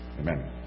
Amen